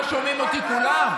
לא שומעים אותי כולם?